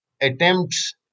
attempts